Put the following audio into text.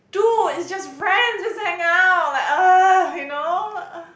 dude it's just friends just hang out like !ugh! you know !ugh!